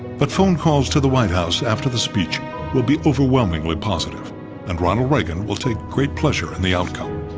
but phone calls to the white house after the speech will be overwhelmingly positive and ronald reagan will take great pleasure in the outcome.